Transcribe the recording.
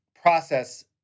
process